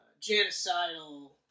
genocidal